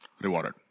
rewarded